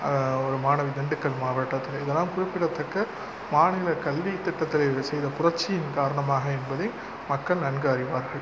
ஒரு மாணவி திண்டுக்கல் மாவட்டத்திலே இதெல்லாம் குறிப்பிடத்தக்க மாநில கல்வித்திட்டத்திலே இதை செய்த புரட்சியின் காரணமாக என்பதை மக்கள் நன்கு அறிவார்கள்